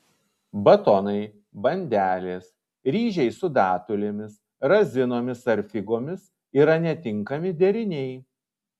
batonai bandelės ryžiai su datulėmis razinomis ar figomis yra netinkami deriniai